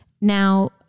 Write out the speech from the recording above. Now